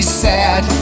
sad